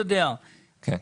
הנכס.